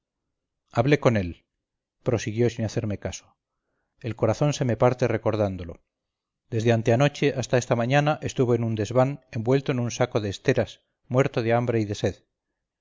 hablé con él prosiguió sin hacerme caso el corazón se me parte recordándolo desde anteanoche hasta esta mañana estuvo en un desván envuelto en un saco de esteras muerto de hambre y de sed